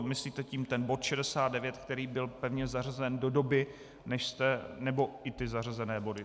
Myslíte tím ten bod 69, který byl pevně zařazen do doby, než jste... nebo i ty zařazené body?